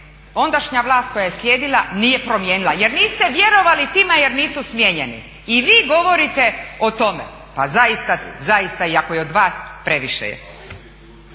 ondašnja vlast koja je slijedila nije promijenila jer niste vjerovali tima jer nisu smijenjeni i vi govorite o tome. Pa zaista i ako je od vas, previše je.